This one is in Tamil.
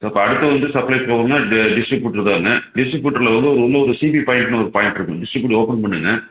இப்போ அடுத்து வந்து சப்ளே போகும்னால் டே டிஸ்ட்ரிபுட்ரு தானே டிஸ்ட்ரிபுட்ரில் வந்து ஒரு உள்ள ஒரு சீபி பாயிண்ட்னு ஒரு பாய்ண்ட் இருக்கும் டிஸ்ட்ரிபுட்ரை ஒப்பன் பண்ணுங்கள்